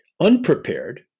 unprepared